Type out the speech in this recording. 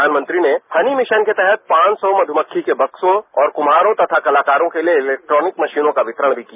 प्रधानमंत्री ने honey mission के तहत पांचसौ मध्यमक्खी के बक्सों और कुम्हारों तथा कलाकारों के लिए इलेक्ट्रोनिक मशीनों का वितरणभी किया